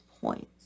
point